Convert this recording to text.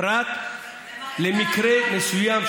פרט למקרה מסוים,